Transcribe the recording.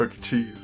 Cheese